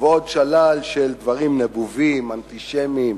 ועוד שלל של דברים נבובים, אנטישמיים.